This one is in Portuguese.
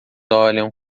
olham